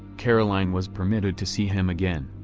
carolyn was permitted to see him again.